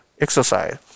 exercise